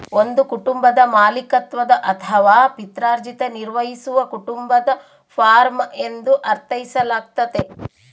ಒಂದು ಕುಟುಂಬದ ಮಾಲೀಕತ್ವದ ಅಥವಾ ಪಿತ್ರಾರ್ಜಿತ ನಿರ್ವಹಿಸುವ ಕುಟುಂಬದ ಫಾರ್ಮ ಎಂದು ಅರ್ಥೈಸಲಾಗ್ತತೆ